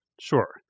Sure